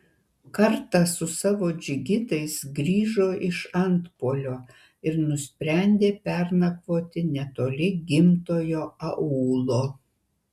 kartą su savo džigitais grįžo iš antpuolio ir nusprendė pernakvoti netoli gimtojo aūlo